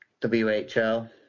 WHL